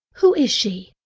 who is she?